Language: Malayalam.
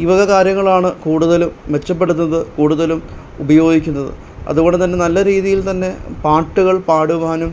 ഈ വക കാര്യങ്ങളാണ് കൂടുതലും മെച്ചപ്പെടുത്തുന്ന കൂടുതലും ഉപയോഗിക്കുന്നത് അത്പോലെ തന്നെ നല്ല രീതിയില് തന്നെ പാട്ടുകള് പാടുവാനും